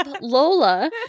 Lola